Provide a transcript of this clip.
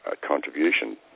contribution